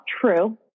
true